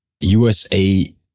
USA